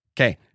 Okay